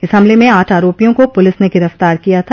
इस हमले में आठ आरोपियों को पुलिस ने गिरफ्तार किया था